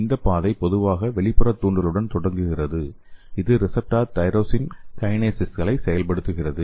இந்த பாதை பொதுவாக வெளிப்புற தூண்டலுடன் தொடங்குகிறது இது ரிசப்டார் டைரோசின் கைனேசெஸ்களை செயல்படுத்துகிறது